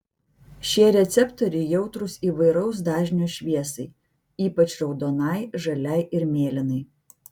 šie receptoriai jautrūs įvairaus dažnio šviesai ypač raudonai žaliai ir mėlynai